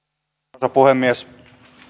arvoisa puhemies